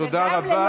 תודה.